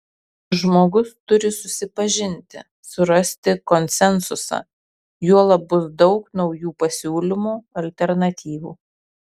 žmogus turi susipažinti surasti konsensusą juolab bus daug naujų pasiūlymų alternatyvų